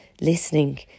listening